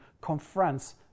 confronts